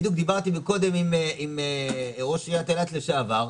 בדיוק דיברתי קודם עם ראש עיריית אילת לשעבר,